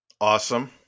Awesome